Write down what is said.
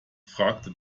fragte